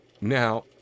Now